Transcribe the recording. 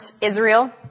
Israel